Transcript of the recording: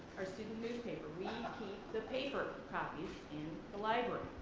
our student newspaper keep the paper copies in the library.